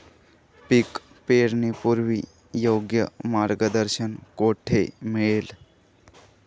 पीक पेरणीपूर्व योग्य मार्गदर्शन कुठे मिळेल?